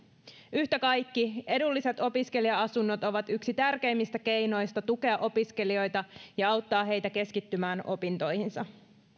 yhtä kaikki edulliset opiskelija asunnot ovat yksi tärkeimmistä keinoista tukea opiskelijoita ja auttaa heitä keskittymään opintoihinsa